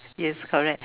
yes correct